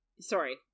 sorry